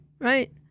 right